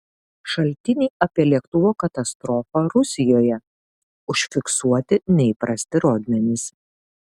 šaltiniai apie lėktuvo katastrofą rusijoje užfiksuoti neįprasti rodmenys